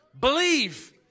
Believe